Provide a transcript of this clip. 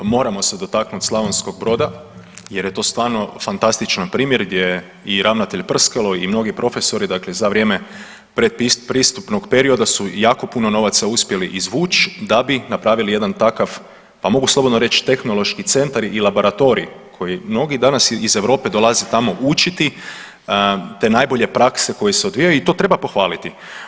Moramo se dotaknuti Slavonskog Broda jer je to stvarno fantastičan primjer gdje i ravnatelj Prskalo i mnogi profesori za vrijeme pretpristupnog perioda su jako puno novaca uspjeli izvuć da bi napravili jedan takav, pa mogu slobodno reći tehnološki centar i laboratorij koji mnogi danas iz Europe dolaze tamo učiti te najbolje prakse koje se odvijaju i to treba pohvaliti.